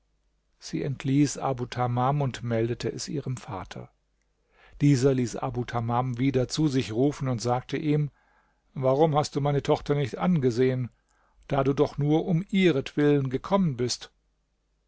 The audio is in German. sie entließ abu tamam und meldete es ihrem vater dieser ließ abu tamam wieder zu sich rufen und sagte ihm warum hast du meine tochter nicht angesehen da du doch nur um ihretwillen gekommen bist